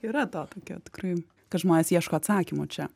yra to tokio tikrai kad žmonės ieško atsakymų čia